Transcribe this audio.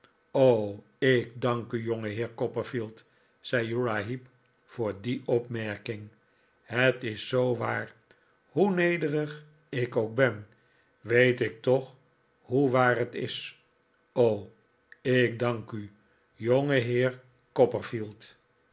ik dank u jongeheer copperfield zei uriah heep voor die opmerking het is zoo waaf hoe nederig ik ook ben weet ik toch hoe waar het is o ik dank u